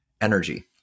energy